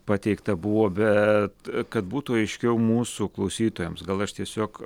pateikta buvo bet kad būtų aiškiau mūsų klausytojams gal aš tiesiog